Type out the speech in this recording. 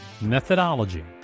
Methodology